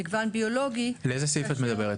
המגוון הביולוגי --- על איזה סעיף את מדברת?